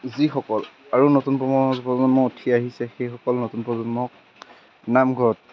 যিসকল আৰু নতুন প্ৰজন্ম উঠি আহিছে সেইসকল নতুন প্ৰজন্মক নামঘৰত